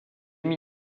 deux